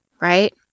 right